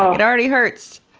um it already hurts!